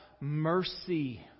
mercy